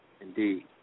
Indeed